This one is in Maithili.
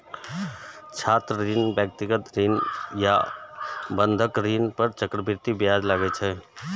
छात्र ऋण, व्यक्तिगत ऋण आ बंधक ऋण पर चक्रवृद्धि ब्याज लागै छै